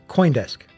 Coindesk